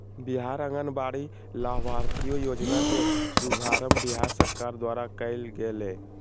बिहार आंगनबाड़ी लाभार्थी योजना के शुभारम्भ बिहार सरकार द्वारा कइल गेलय